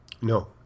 No